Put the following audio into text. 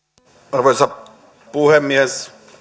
arvoisa puhemies